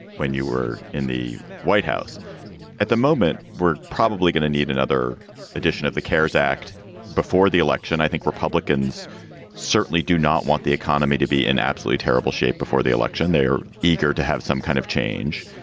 when you were in the white house at the moment. we're probably going to need another addition of the carers act before the election. i think republicans certainly do not want the economy to be in absolutely terrible shape before the election. they are eager to have some kind of change,